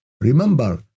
Remember